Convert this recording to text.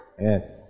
Yes